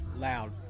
Loud